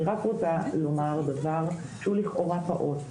אני רוצה לומר דבר שהוא לכאורה פעוט,